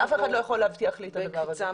אף אחד לא יכול להבטיח לי את הדבר הזה.